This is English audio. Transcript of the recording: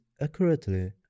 accurately